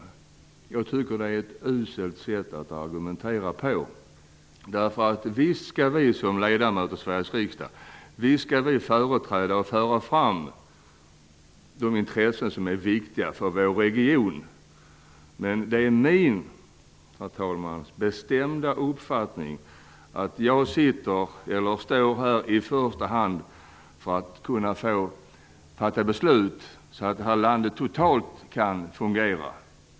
Jag tycker det är ett uselt sätt att argumentera. Visst skall vi som ledamöter av Sveriges riksdag företräda och föra fram de intressen som är viktiga för vår region, men det är min bestämda uppfattning att jag står här i första hand för att kunna fatta beslut så att det här landet totalt kan fungera.